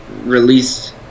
release